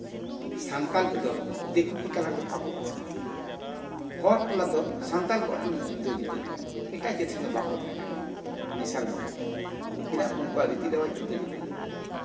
ᱥᱟᱱᱛᱟᱲ ᱠᱚᱫᱚ ᱫᱤᱠᱩ ᱠᱚ ᱛᱟᱞᱟ ᱨᱮᱫᱚ ᱵᱟᱠᱚ ᱵᱟᱥᱚᱜᱼᱟ ᱦᱚᱲ ᱴᱚᱞᱟ ᱫᱚ ᱥᱟᱱᱛᱟᱲ ᱴᱚᱞᱟ ᱫᱚ ᱡᱩᱫᱟᱹ ᱡᱩᱫᱟᱹ ᱜᱮᱭᱟ ᱮᱴᱟᱜ ᱡᱟᱹᱛ ᱥᱚᱝᱜᱮ ᱵᱟᱠᱚ ᱛᱟᱦᱮᱸᱱᱟ ᱢᱮᱥᱟᱞ ᱵᱟᱠᱚ ᱛᱟᱦᱮᱸᱱᱟ ᱪᱮᱫᱟᱜ ᱩᱱᱠᱩᱣᱟᱜ ᱨᱤᱛᱤ ᱨᱮᱣᱟᱡ ᱡᱩᱫᱟᱹ ᱡᱩᱫᱟᱹ ᱜᱮᱭᱟ